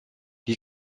qui